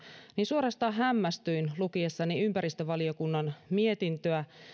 niin suorastaan hämmästyin lukiessani ympäristövaliokunnan lausuntoa